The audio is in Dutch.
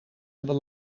hebben